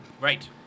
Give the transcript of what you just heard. Right